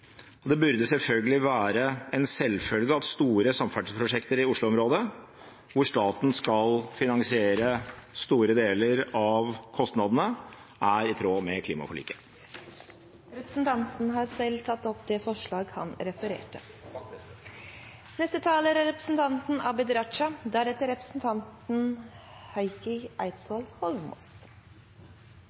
innstillingen. Det burde være en selvfølge at store samferdselsprosjekter i Oslo-området, hvor staten skal finansiere store deler av kostnadene, er i tråd med klimaforliket. Representanten Rasmus Hansson har tatt opp det forslaget han refererte til. Jeg vil innledningsvis vise til representantforslaget som prisverdig er fremmet av representantene Eidsvoll Holmås